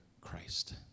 Christ